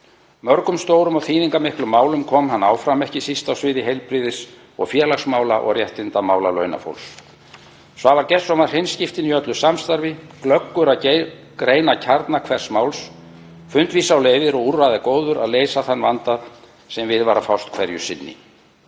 Mörgum stórum og þýðingarmiklum málum kom hann áfram, ekki síst á sviði heilbrigðis- og félagsmála og réttindamála launafólks. Svavar Gestsson var hreinskiptinn í öllu samstarfi, glöggur að greina kjarna hvers máls, fundvís á leiðir og úrræðagóður að leysa þann vanda sem við var að fást hverju sinni.